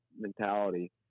mentality